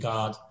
God